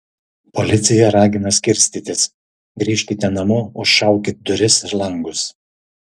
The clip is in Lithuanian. policija ragina skirstytis grįžkite namo užšaukit duris ir langus